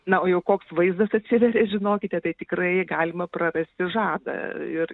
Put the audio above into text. na o jau koks vaizdas atsiveria žinokite tai tikrai galima prarasti žadą ir